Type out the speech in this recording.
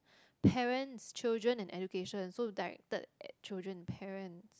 parents children and education so directed at children parents